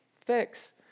fix